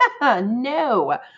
no